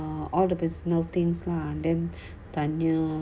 all the personal things lah then tanya